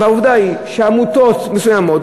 והעובדה היא שעמותות מסוימות,